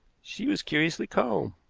she was curiously calm.